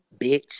bitch